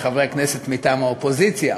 מחברי הכנסת מטעם האופוזיציה,